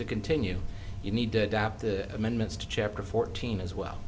to continue you need to adapt the amendments to chapter fourteen as well